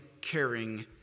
caring